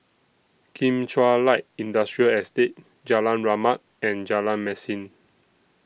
Kim Chuan Light Industrial Estate Jalan Rahmat and Jalan Mesin